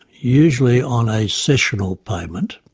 usually on a sessional payment,